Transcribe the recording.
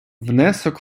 внесок